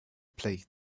plate